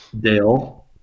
Dale